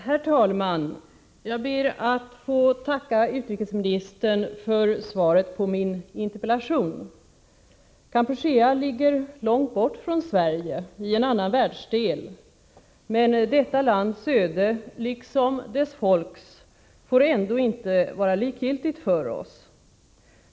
Herr talman! Jag ber att få tacka utrikesministern för svaret på min interpellation. Kampuchea ligger långt bort från Sverige, i en annan världsdel, men detta lands öde liksom dess folks får ändå inte vara likgiltigt för oss.